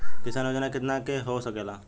किसान योजना कितना के हो सकेला?